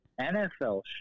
NFL